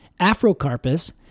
afrocarpus